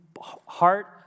heart